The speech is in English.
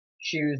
shoes